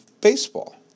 baseball